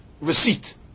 receipt